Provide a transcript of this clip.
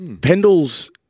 Pendle's